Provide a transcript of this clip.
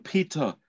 Peter